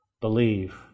believe